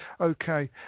Okay